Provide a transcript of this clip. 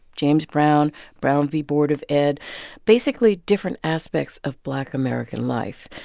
james brown, brown v. board of ed basically different aspects of black american life.